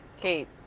Kate